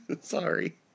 Sorry